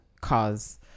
cause